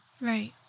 right